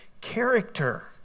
character